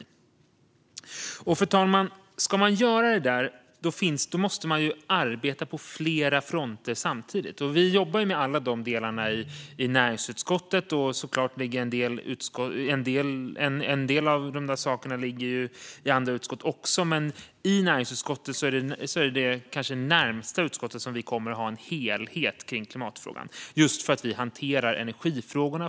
Fru talman! Om man ska göra detta måste man arbeta på flera fronter samtidigt. Vi jobbar ju med alla de delarna i näringsutskottet. En del saker ligger i andra utskott också, men näringsutskottet är kanske det utskott som kommer närmast att ha en helhetsöverblick när det gäller klimatfrågan just eftersom vi hanterar energifrågorna.